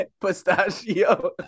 Pistachio